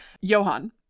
Johan